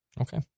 Okay